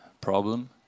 problem